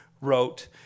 wrote